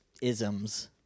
isms